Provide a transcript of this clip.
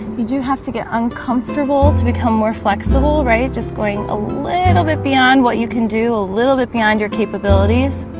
you do have to get uncomfortable to become more flexible right just going a little bit beyond what you can do a little bit beyond your capabilities